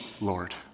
Lord